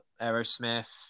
Aerosmith